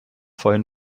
vorhin